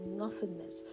nothingness